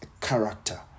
character